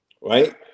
right